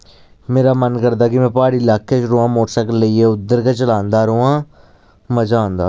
मेरा मन करदा कि मै प्हाड़ी इलाके च रोआं मोटरसैकल लेइयै उद्धर गै चलांदा रोआं मजा आंदा